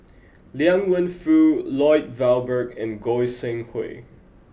Liang Wenfu Lloyd Valberg and Goi Seng Hui